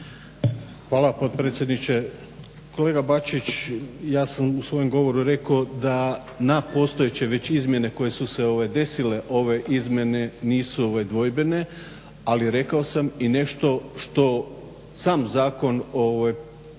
Hvala potpredsjedniče. Kolega Bačić, ja sam u svojem govoru rekao da na postojeće, već izmjene koje su se desile, ove izmjene nisu dvojbene, ali rekao sam i nešto što sam zakon